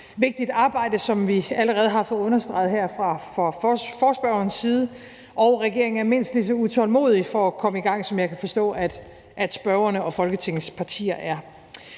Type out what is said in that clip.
vigtigt arbejde, hvilket vi allerede har fået understreget fra forespørgerens side, og regeringen er mindst lige så utålmodig efter at komme i gang, som jeg kan forstå at forespørgerne og Folketingets partier er.